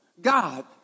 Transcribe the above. God